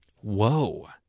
Whoa